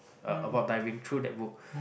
uh about diving through that book